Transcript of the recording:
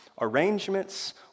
arrangements